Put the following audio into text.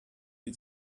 you